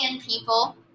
people